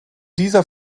dieser